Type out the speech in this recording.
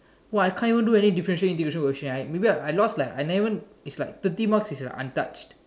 !wah! I can't even do any differentiation integration maybe I lost like I never even it's like thirty marks is like untouched